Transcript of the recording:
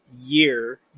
year